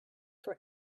for